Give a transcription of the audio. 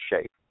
shape